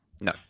No